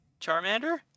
Charmander